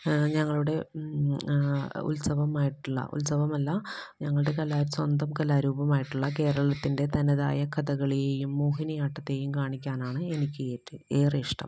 ഞങ്ങളുടെ ഉത്സവമായിട്ടുള്ള ഉത്സവമല്ല ഞങ്ങളുടെ കല സ്വന്തം കലാരൂപമായിട്ടുള്ള കേരളത്തിന്റെ തനതായ കഥകളിയേയും മോഹിനിയാട്ടത്തെയും കാണിക്കാനാണ് എനിക്കേറ്റവും ഏറെയിഷ്ടം